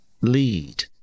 lead